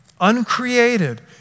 uncreated